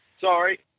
sorry